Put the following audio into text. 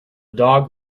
dog